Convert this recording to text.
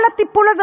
כל הטיפול הזה,